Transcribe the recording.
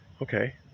okay